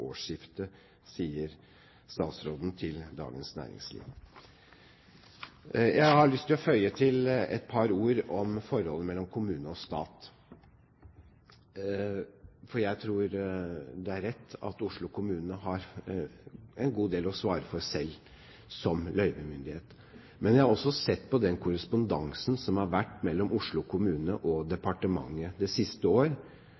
sier statsråden til Dagens Næringsliv. Jeg har lyst til å føye til et par ord om forholdet mellom kommune og stat, for jeg tror det er rett at Oslo kommune har en god del å svare for selv som løyvemyndighet. Men jeg har også sett på den korrespondansen som har vært mellom Oslo kommune og departementet det siste år